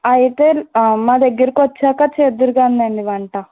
అయితే మా దగ్గరకు వచ్చాక చేద్దురు కానీ లేండి వంట